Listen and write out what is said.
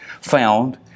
found